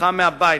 בבריחה מהבית,